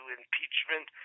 impeachment